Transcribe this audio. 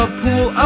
pool